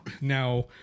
now